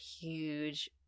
huge